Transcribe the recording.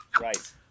Right